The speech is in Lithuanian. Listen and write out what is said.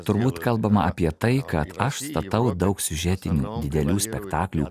turbūt kalbama apie tai kad aš statau daug siužetinių didelių spektaklių